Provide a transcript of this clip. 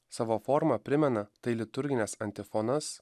savo forma primena tai liturgines antifonas